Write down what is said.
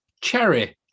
Cherry